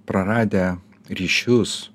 praradę ryšius